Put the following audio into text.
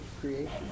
creation